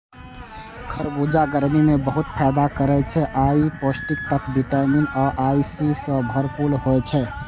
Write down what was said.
खरबूजा गर्मी मे बहुत फायदा करै छै आ ई पौष्टिक तत्व विटामिन ए आ सी सं भरपूर होइ छै